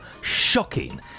shocking